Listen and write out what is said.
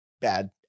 bad